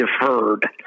deferred